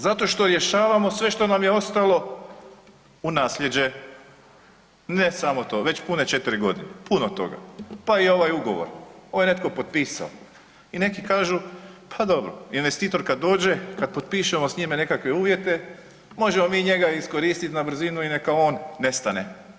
Zato što rješavamo sve što nam je ostalo u naslijeđe, ne samo to već pune 4 godine, puno toga, pa i ovaj ugovor, ovo je netko potpisao i neki kažu pa dobro, investitor kad dođe, kad potpišemo s njime nekakve uvjete možemo mi njega iskoristiti na brzinu i neka on nestane.